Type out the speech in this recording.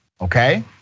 okay